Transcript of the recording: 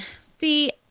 see